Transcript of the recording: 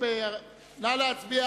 כן.